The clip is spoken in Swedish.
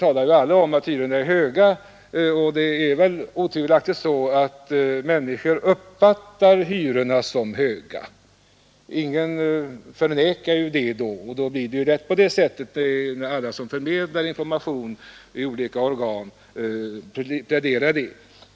Alla talar om att hyrorna är höga, och människor uppfattar otvivelaktigt hyrorna som höga. Ingen förnekar att de är höga, och då blir det lätt så att alla som i olika organ förmedlar information också får den uppfattningen.